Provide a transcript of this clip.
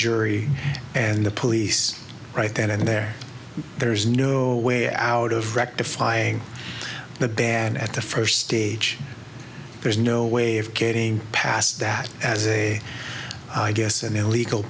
jury and the police right then and there there's no way out of rectifying the ban at the first stage there's no way of getting past that as i guess an illegal